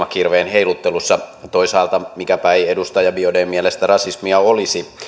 heiluttelussa toisaalta mikäpä ei ei edustaja biaudetn mielestä rasismia olisi